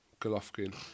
Golovkin